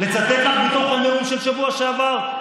לצטט לך מתוך הנאום של השבוע שעבר?